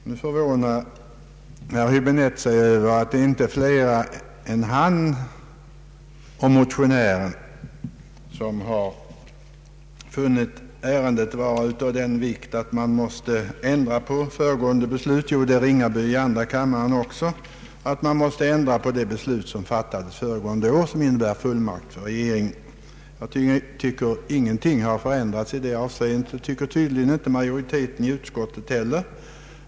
Herr Häbinette är förvånad över att inte flera än han, motionärerna och herr Ringaby i andra kammaren har funnit ärendet vara av den vikt att det beslut måste ändras som fattades förra året och som innebär fullmakt för regeringen. Jag tycker inte att någonting har förändrats i det avseendet, och det tycker tydligen inte majoriteten i utskottet heller.